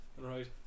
right